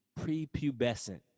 prepubescent